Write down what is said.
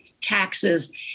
taxes